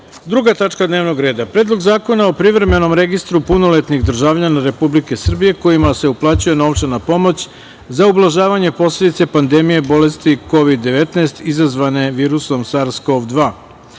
na glasanje Predlog zakona o privremenom registru punoletnih državljana Republike Srbije kojima se uplaćuje novčana pomoć za ublažavanje posledice pandemije bolesti Kovid – 19 izazvane virusom SARS-CoV-2,